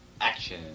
Action